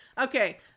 Okay